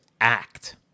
act